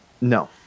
no